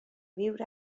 viure